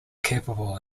capable